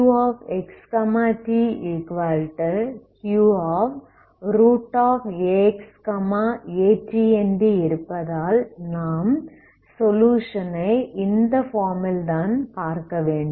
Qx tQax at என்று இருப்பதால் நாம் சொலுயுஷன் ஐ இந்த ஃபார்ம் ல் தான் பார்க்கவேண்டும்